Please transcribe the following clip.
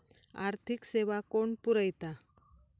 आर्थिक सेवा कोण पुरयता?